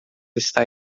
está